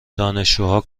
دانشجوها